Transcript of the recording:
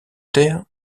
terre